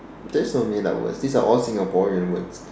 there's no made up words these are all Singaporean words